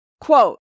Quote